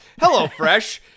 HelloFresh